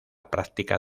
práctica